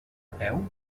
peu